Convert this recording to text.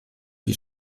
wie